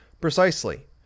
precisely